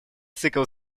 цикл